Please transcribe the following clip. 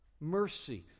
mercy